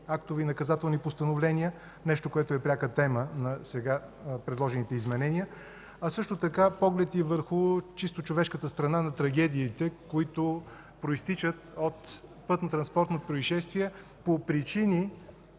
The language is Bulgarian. актове и наказателни постановления – нещо, което е пряка тема на сега предложените изменения. Също така имам поглед и върху чисто човешката страна на трагедиите, които произтичат от пътнотранспортни произшествия, по причини,